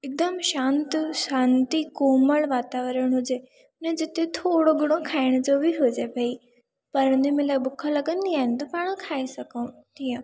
हिकदमु शांति शांती कोमड़ वातावरण हुजे न जिते थोरो घणो खाइण जो बि हुजे भई पढ़ंदे महिल बुख लॻंदी आहे न त पाण खाई सघूं तीअं